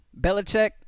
Belichick